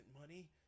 money